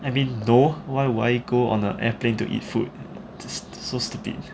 I mean no why would I go on an airplane to eat food just so stupid